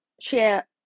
share